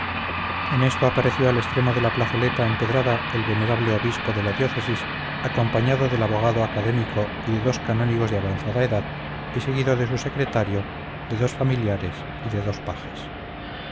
en esto apareció al extremo de la plazoleta empedrada el venerable obispo de la diócesis acompañado del abogado académico y de dos canónigos de avanzada edad y seguido de su secretario de dos familiares y de dos pajes